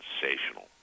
sensational